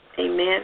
Amen